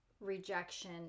rejection